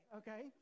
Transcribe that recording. okay